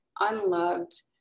unloved